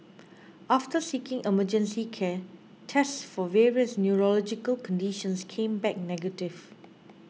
after seeking emergency care tests for various neurological conditions came back negative